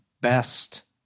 best